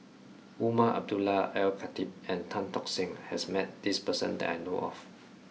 Umar Abdullah Al Khatib and Tan Tock Seng has met this person that I know of